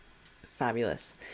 Fabulous